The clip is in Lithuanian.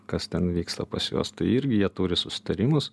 kas ten vyksta pas juos tai irgi jie turi susitarimus